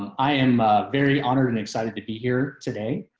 i am ah very honored and excited to be here today.